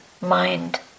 mind